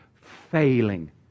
failing